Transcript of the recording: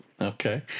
Okay